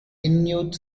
inuit